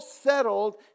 settled